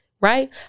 right